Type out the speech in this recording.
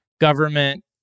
government